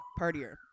partier